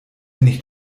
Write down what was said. nicht